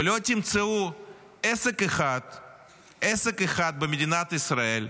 ולא תמצאו עסק אחד במדינת ישראל,